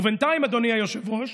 ובינתיים, אדוני היושב-ראש,